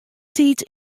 tiid